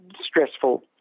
stressful